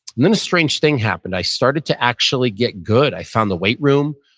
then a strange thing happened, i started to actually get good. i found the weight room.